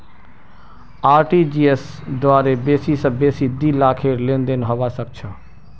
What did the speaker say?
RTGS द्वारे बेसी स बेसी दी लाखेर लेनदेन हबा सख छ